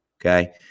okay